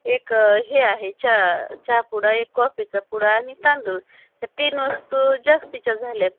एक हे आहे चहा चहा पुडा एक कॉफीचा पुडा आणि तांदूळ ह्या तीन वस्तू जास्तीच्या झाल्यात